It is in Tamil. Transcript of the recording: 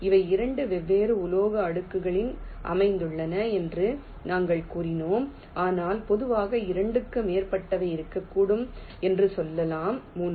அவை 2 வெவ்வேறு உலோக அடுக்குகளில் அமைந்துள்ளன என்று நாங்கள் கூறினோம் ஆனால் பொதுவாக 2 க்கும் மேற்பட்டவை இருக்கக்கூடும் என்று சொல்லலாம் 3